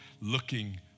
looking